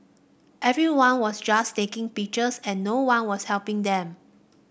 everyone was just taking pictures and no one was helping them